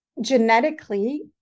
genetically